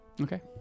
Okay